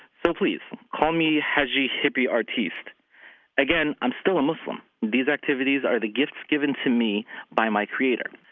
so, please, call me hajji hippie artiste again, i'm still a muslim. these activities are the gifts given to me by my creator.